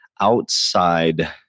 outside